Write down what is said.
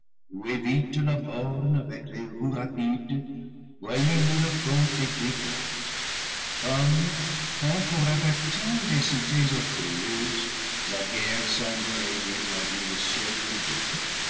brigades comme quand pour avertir des cités orgueilleuses la guerre semble régner parmi le ciel troublé